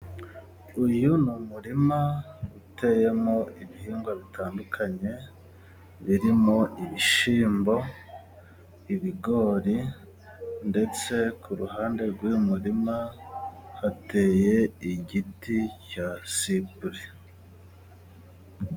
Uyu ni umurima uteyemo ibihingwa bitandukanye, birimo ibishyimbo, ibigori, ndetse ku ruhande rw'uyu murima hateye igiti cya sipure.